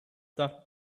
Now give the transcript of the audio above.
that